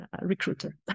recruiter